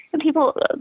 people